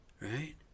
right